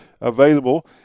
available